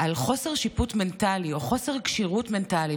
על חוסר שיפוט מנטלי או חוסר כשירות מנטלי,